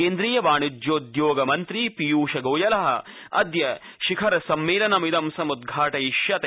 केन्द्रीय वाणिज्योद्योग मन्त्री पीयूष गोयलः अद्य शिखर सम्मेलनमिदं सम्दघाटयिष्यते